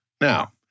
Now